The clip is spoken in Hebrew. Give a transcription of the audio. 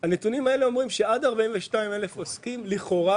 הנתונים האלה אומרים שעד 42 אלף עוסקים לכאורה